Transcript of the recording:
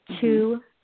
two